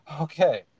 okay